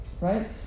Right